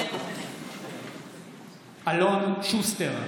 מתחייבת אני אלון שוסטר,